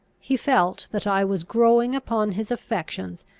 he felt, that i was growing upon his affections,